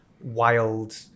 wild